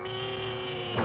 me